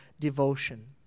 devotion